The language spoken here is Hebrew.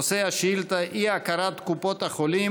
נושא השאילתה: אי-הכרת קופות החולים